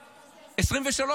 2023,